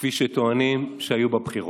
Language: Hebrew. כפי שטוענים שהייתה בבחירות,